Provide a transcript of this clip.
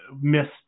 missed